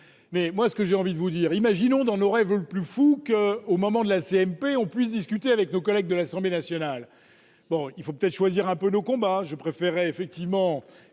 mais moi ce que j'ai envie de vous dire, imaginons dans nos rêves plus fous que au moment de la CMP, on puisse discuter avec nos collègues de l'Assemblée nationale. Bon, il faut peut-être choisir un peu nos combats, je préférais effectivement